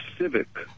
civic